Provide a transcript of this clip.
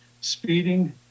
speeding